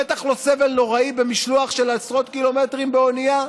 בטח לא סבל נוראי במשלוח של אלפי קילומטרים באונייה.